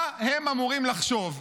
מה הם אמורים לחשוב?